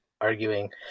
arguing